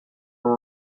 were